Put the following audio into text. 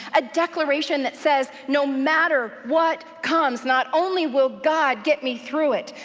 a declaration that says no matter what comes, not only will god get me through it,